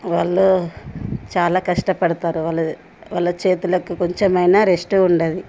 వాళ్ళు చాలా కష్టపడతారు వాళ్ళ వాళ్ళ చేతులకి కొంచమైనా రెస్ట్ ఉండదు